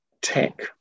tech